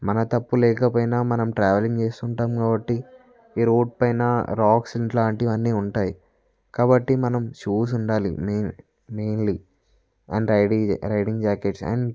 మన తప్పు లేకపోయినా మనం ట్రావెలింగ్ చేసి ఉంటాం కాబట్టి రోడ్డుపైన రాక్స్ ఇట్లాంటివన్నీ ఉంటాయి కాబట్టి మనం షూస్ ఉండాలి main mainly and riding riding jackets and